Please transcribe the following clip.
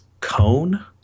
Cone